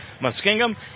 Muskingum